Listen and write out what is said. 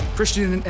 Christian